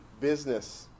business